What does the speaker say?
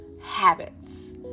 habits